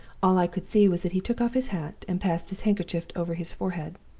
all i could see was that he took off his hat and passed his handkerchief over his forehead.